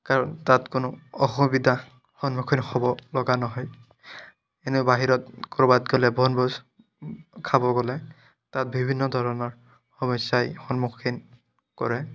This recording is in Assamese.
কাৰণ তাত কোনো অসুবিধাৰ সন্মুখীন হ'ব লগা নহয় এনেই বাহিৰত ক'ৰবাত গ'লে বনভোজ খাব গ'লে তাত বিভিন্ন ধৰণৰ সমস্যাই সন্মুখীন কৰে